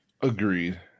Agreed